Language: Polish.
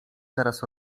teraz